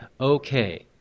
okay